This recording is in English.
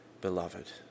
beloved